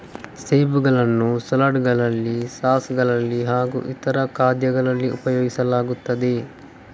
ಸೇಬುಗಳನ್ನು ಸಲಾಡ್ ಗಳಲ್ಲಿ ಸಾಸ್ ಗಳಲ್ಲಿ ಹಾಗೂ ಇತರ ಖಾದ್ಯಗಳಲ್ಲಿ ಉಪಯೋಗಿಸಲಾಗುತ್ತದೆ